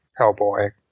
Hellboy